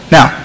Now